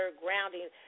grounding